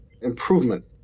improvement